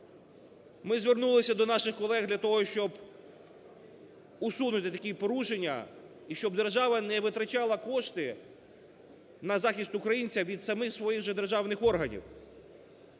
Ми звернулися до наших колег для того, щоб усунути такі порушення і щоб держава не витрачала кошти на захист українця від самих своїх же державних органів.